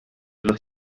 los